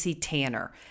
Tanner